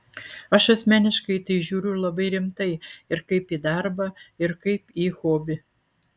aš asmeniškai į tai žiūriu labai rimtai ir kaip į darbą ir kaip į hobį